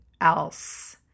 else